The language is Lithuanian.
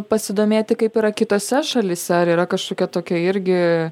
pasidomėti kaip yra kitose šalyse ar yra kažkokia tokia irgi